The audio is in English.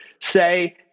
say